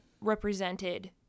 represented